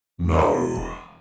No